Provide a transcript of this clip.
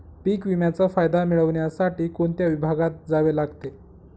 पीक विम्याचा फायदा मिळविण्यासाठी कोणत्या विभागात जावे लागते?